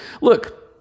look